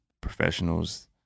professionals